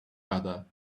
other